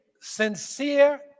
sincere